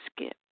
skip